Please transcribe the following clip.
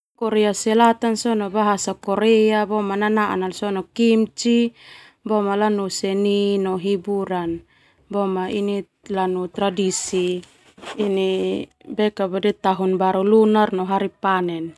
Bahasa Korea nanaan sona kimci lanu seni no hiburan boema lanu tradisi tahun baru Lunar no hari panen.